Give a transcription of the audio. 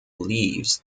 leaves